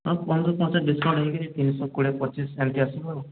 ହଁ ପନ୍ଦର ପାଞ୍ଚ ଡିସକାଉଣ୍ଟ ହୋଇକରି ତିନିଶହ କୋଡ଼ିଏ ପଚିଶ ହୋଇକି ଏମତି ଆସିବ ଆଉ